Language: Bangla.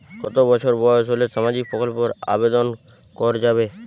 কত বছর বয়স হলে সামাজিক প্রকল্পর আবেদন করযাবে?